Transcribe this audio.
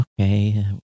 Okay